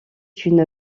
une